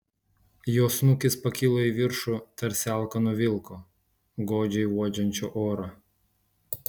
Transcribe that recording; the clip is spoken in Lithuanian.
jo snukis pakilo į viršų tarsi alkano vilko godžiai uodžiančio orą